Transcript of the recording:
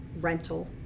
rental